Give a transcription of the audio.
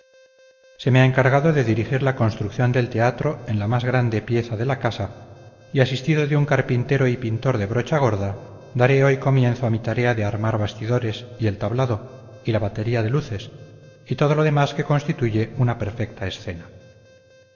se me ha encargado de dirigir la construcción del teatro en la más grande pieza de la casa y asistido de un carpintero y pintor de brocha gorda daré hoy comienzo a mi tarea de armar bastidores y el tablado y la batería de luces y todo lo demás que constituye una perfecta escena